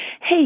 hey